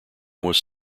was